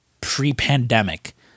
pre-pandemic